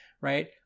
right